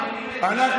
שמח,